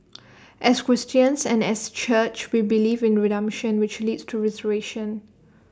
as Christians and as church we believe in redemption which leads to restoration